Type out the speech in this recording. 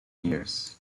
years